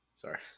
sorry